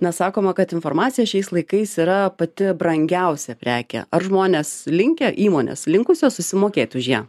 na sakoma kad informacija šiais laikais yra pati brangiausia prekė ar žmonės linkę įmonės linkusios susimokėt už ją